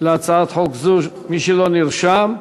להצעת חוק זו: מי שלא נרשם,